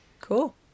Cool